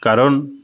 কারণ